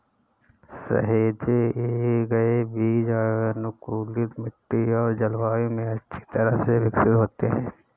सहेजे गए बीज अनुकूलित मिट्टी और जलवायु में अच्छी तरह से विकसित होते हैं